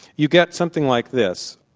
you get something like this.